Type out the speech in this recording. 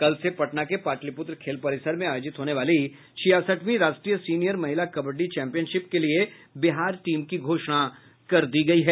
कल से पटना के पाटलिपुत्र खेल परिसर में आयोजित होने वाली छियासठवीं राष्ट्रीय सीनियर महिला कबड्डी चैंपियनशिप के लिए बिहार टीम की घोषणा कर दी गयी है